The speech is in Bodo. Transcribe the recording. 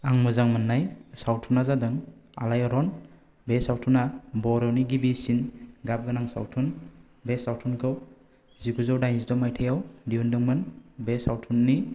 आं मोजां मोन्नाय सावथुना जादों आलाइआरन बे सावथुना बर'नि गिबिसिन गाब गोनां सावथुन बे सावथुनखौ जिगुजौ दाइनजिद' मायथाइआव दिहुनदोंमोन बे सावथुननि